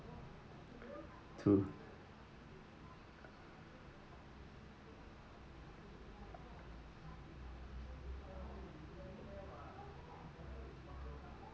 true